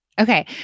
Okay